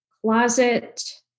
closet